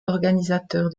organisateur